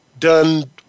done